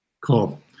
Cool